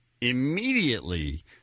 immediately